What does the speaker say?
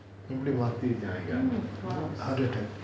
இப்பிடி:ipidi heart attack